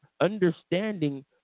understanding